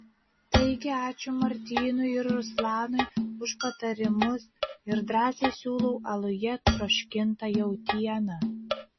taigi ačiū martynui ir ruslanui už patarimus ir drąsiai siūlau aluje troškintą jautieną